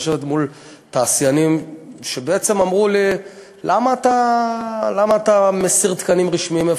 לשבת מול תעשיינים שאמרו לי בעצם: למה אתה מסיר תקנים רשמיים?